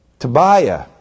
Tobiah